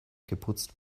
geputzt